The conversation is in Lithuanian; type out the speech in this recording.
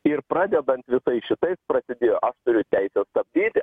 ir pradedant visais šitais prasidėjo aš turiu teisę stabdyti